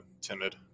timid